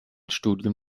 studium